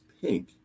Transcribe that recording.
pink